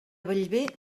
bellver